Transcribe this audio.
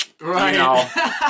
Right